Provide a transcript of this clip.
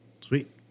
Sweet